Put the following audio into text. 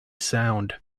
sound